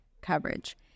coverage